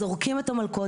רציתי לשמע את אנשי המקצוע.